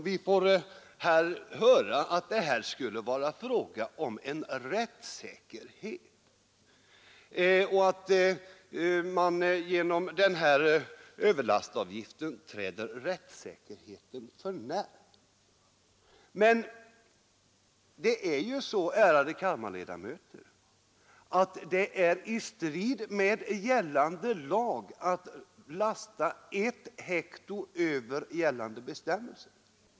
Man säger att det här skulle vara fråga om rättssäkerhet och att överlastavgiften träder rättssäkerheten för när. Det är ju, ärade kammarledamöter, i strid mot lagen att lasta ett hekto över gällande bestämmelser.